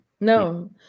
No